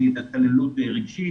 התעללות רגשית,